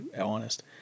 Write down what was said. honest